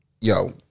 yo